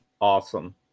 awesome